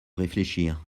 réfléchir